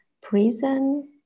prison